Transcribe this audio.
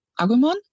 Agumon